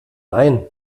ein